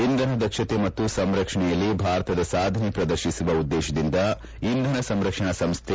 ಇಂಧನ ದಕ್ಷತೆ ಮತ್ತು ಸಂರಕ್ಷಣೆಯಲ್ಲಿ ಭಾರತದ ಸಾಧನೆ ಪ್ರದರ್ಶಿಸುವ ಉದ್ದೇಶದಿಂದ ಇಂಧನ ಸಂರಕ್ಷಣಾ ಸಂಸ್ಥೆ